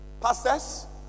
Pastors